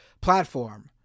platform